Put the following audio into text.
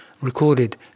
recorded